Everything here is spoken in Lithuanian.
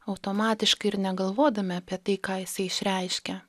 automatiškai ir negalvodami apie tai ką jisai išreiškia